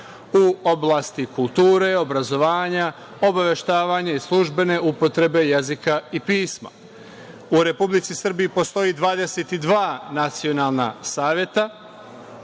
u oblasti kulture, obrazovanja, obaveštavanja i službene upotrebe jezika i pisma.U Republici Srbiji postoji 22 nacionalna saveta,